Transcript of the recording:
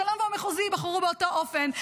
השלום והמחוזי ייבחרו באותו אופן,